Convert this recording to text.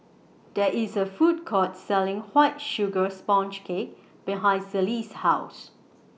There IS A Food Court Selling White Sugar Sponge Cake behind Celie's House